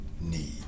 need